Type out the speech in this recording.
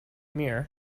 mirror